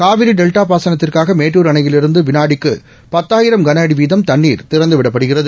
Kaveri delta பாசனத்துக்காக மேட்டூர் அணையிலிருந்து விளாடிக்கு பத்தாயிரம் கன அடி வீதம் தண்ணீர் திறந்து விடப்படுகிறது